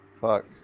fuck